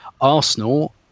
Arsenal